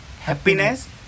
Happiness